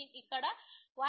ఇది ఇక్కడ 1